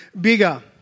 bigger